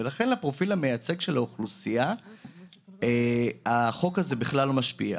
ולכן על הפרופיל המייצג של האוכלוסייה החוק הזה בכלל לא משפיע.